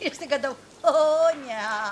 išsigandau o ne